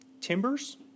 Timbers